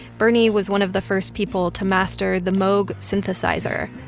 bernie was one of the first people to master the moog synthesizer,